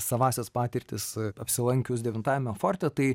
savąsias patirtis apsilankius devintajame forte tai